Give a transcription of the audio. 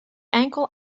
enkel